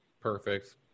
Perfect